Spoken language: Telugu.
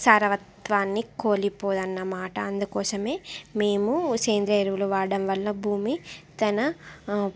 సారవత్వాన్ని కోలిపోదు అన్నమాట అందుకోసమే మేము సేంద్రీయ ఎరువులు వాడడంవల్ల భూమి తన